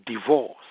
divorce